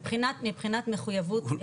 מבחינת מחויבות,